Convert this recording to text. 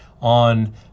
On